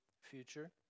future